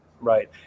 Right